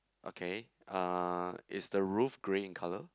okay uh is the roof grey in colour